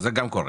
זה גם קורה.